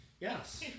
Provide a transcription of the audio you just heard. Yes